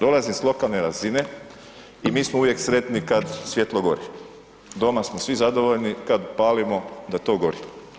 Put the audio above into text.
Dolazim s lokalne razine i mi smo uvijek sretni kad svjetlo gori, doma smo svi zadovoljni kad palimo da to gori.